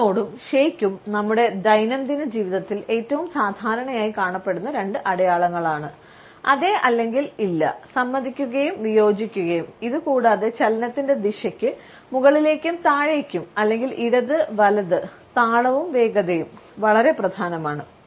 head nod ഷെയ്ക്ക്ക്കും നമ്മുടെ ദൈനംദിന ജീവിതത്തിൽ ഏറ്റവും സാധാരണയായി കാണപ്പെടുന്ന രണ്ട് അടയാളങ്ങളാണ് അതെ അല്ലെങ്കിൽ ഇല്ല സമ്മതിക്കുകയും വിയോജിക്കുകയും ഇതുകൂടാതെ ചലനത്തിന്റെ ദിശയ്ക്ക് മുകളിലേക്കും താഴേക്കും അല്ലെങ്കിൽ ഇടത് വലത് താളവും വേഗതയും വളരെ പ്രധാനമാണ്